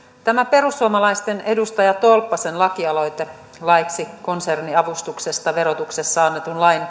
tämä perussuomalaisten edustaja tolppasen lakialoite laiksi konserniavustuksesta verotuksessa annetun lain